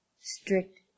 strict